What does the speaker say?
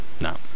No